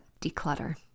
declutter